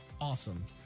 awesome